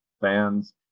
fans